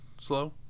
slow